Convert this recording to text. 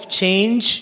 change